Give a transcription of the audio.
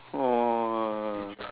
!wah!